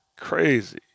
Crazy